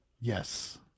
Yes